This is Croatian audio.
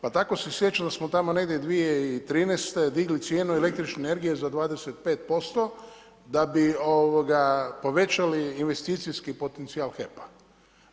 Tako se sjećam, da smo tamo negdje 2013. digli cijenu električne energije za 25% da bi povećali investicijski potencijal HEP-a.